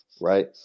right